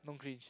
don't cringe